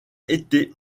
été